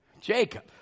Jacob